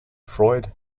freud